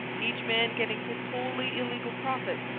each man getting his wholly illegal profit,